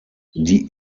die